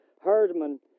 Herdman